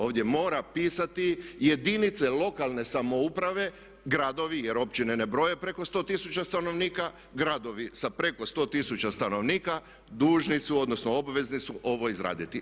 Ovdje mora pisati jedinice lokalne samouprave, gradovi jer općine ne broje preko 100 tisuća stanovnika, gradovi sa preko 100 tisuća stanovnika dužni su odnosno obvezni su ovo izraditi.